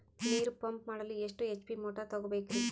ನೀರು ಪಂಪ್ ಮಾಡಲು ಎಷ್ಟು ಎಚ್.ಪಿ ಮೋಟಾರ್ ತಗೊಬೇಕ್ರಿ?